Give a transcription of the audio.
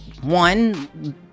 one